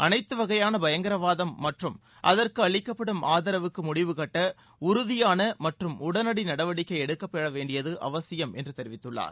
அனைத்து வகையான பயங்கரவாதம் மற்றும் அதற்கு அளிக்கப்படும் ஆதரவுக்கு முடிவு கட்ட உறுதியான மற்றும் உடனடி நடவடிக்கை எடுக்கப்பட வேண்டியது அவசியம் என்று தெரிவித்துள்ளார்